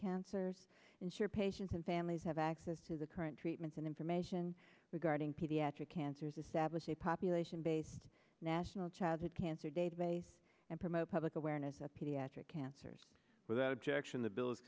cancer ensure patients and families have access to the current treatments and information regarding pediatric cancer is establishing a population base national childhood cancer database and promote public awareness of pediatric cancers without objection the bill is